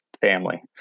family